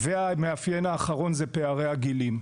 והמאפיין האחרון הוא פערי הגילים.